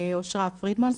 אושרה פרידמן,